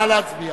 נא להצביע.